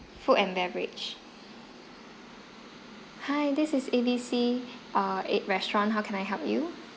food and beverage hi this is A B C err restaurants how can I help you